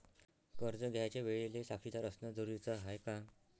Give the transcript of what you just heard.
कर्ज घ्यायच्या वेळेले साक्षीदार असनं जरुरीच हाय का?